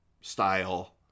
style